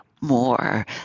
more